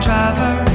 Driver